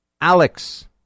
alex